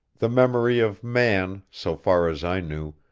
the memory of man, so far as i knew,